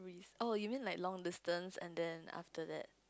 oh you mean like long distance and then after that